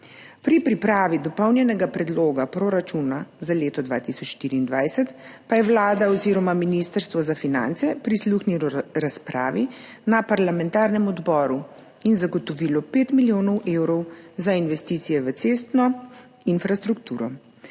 Pri pripravi Dopolnjenega predloga proračuna Republike Slovenije za leto 2024 pa je Vlada oziroma Ministrstvo za finance prisluhnilo razpravi na parlamentarnem odboru in zagotovilo 5 milijonov evrov za investicije v cestno infrastrukturo,